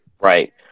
Right